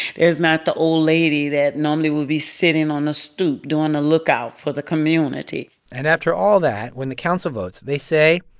there's not the old lady that normally would be sitting on a stoop doing a lookout for the community and after all that, when the council votes, they say,